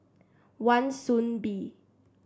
Wan Soon Bee